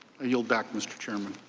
yelled back, mr. chairman.